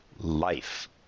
life